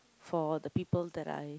for the people that I